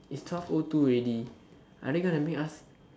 it is twelve o two already are they going to make us